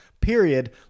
period